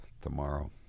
tomorrow